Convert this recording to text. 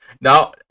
Now